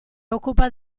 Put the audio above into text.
occupa